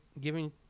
giving